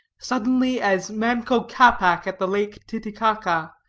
suddenly as manco capac at the lake titicaca,